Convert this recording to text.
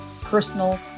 personal